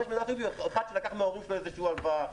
אחד שלקח מההורים שלו הלוואה,